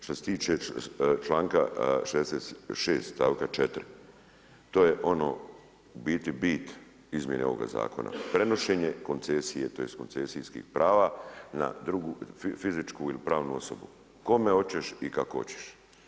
Što se tiče članka 66. stavka 4. to je ono u biti bit izmjene ovoga zakona, prenošenje koncesije tj. koncesijskih prava na drugu fizičku ili pravnu osobu, kome hoćeš i kako hoćeš.